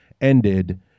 ended